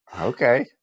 Okay